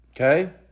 Okay